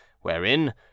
wherein